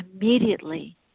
immediately